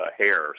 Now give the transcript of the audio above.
hair